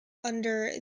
under